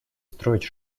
строить